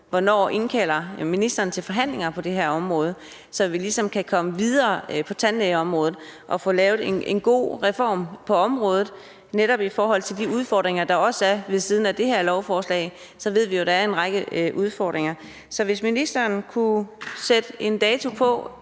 Hvornår indkalder ministeren til forhandlinger på det her område, så vi ligesom kan komme videre og få lavet en god reform på tandlægeområdet? Ud over de udfordringer, vi ved at der er ved det her lovforslag, så ved vi jo også, at der er en række andre udfordringer ved siden af. Så hvis ministeren kunne sætte en dato på,